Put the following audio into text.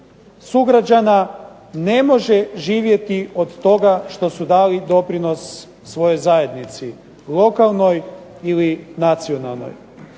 sugrađana ne može živjeti od toga što su dali doprinos svojoj zajednici lokalnoj ili nacionalnoj.